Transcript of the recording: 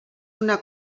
una